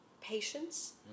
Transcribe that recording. patience